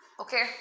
okay